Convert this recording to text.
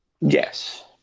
Yes